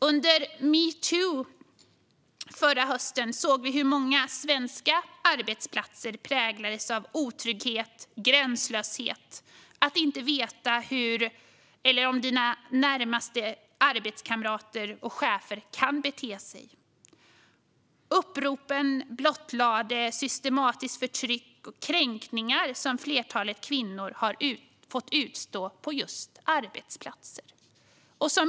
Under metoo förra hösten såg vi hur många svenska arbetsplatser präglades av otrygghet, gränslöshet och osäkerhet om hur de närmaste arbetskamraterna eller cheferna skulle bete sig. Uppropen blottlade ett systematiskt förtryck och kränkningar som flertalet kvinnor har fått utstå på sina arbetsplatser.